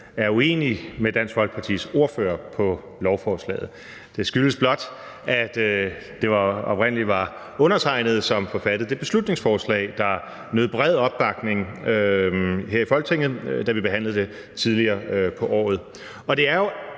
er uenig med Dansk Folkepartis ordfører på lovforslaget. Det skyldes blot, at det oprindelig var undertegnede, som forfattede det beslutningsforslag, der nød bred opbakning her i Folketinget, da vi behandlede det tidligere på året. Og det er jo